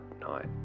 night